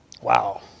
Wow